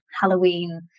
Halloween